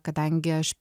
kadangi aš